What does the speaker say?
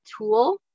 tool